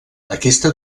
aquesta